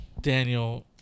Daniel